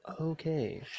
Okay